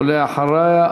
ואחריו,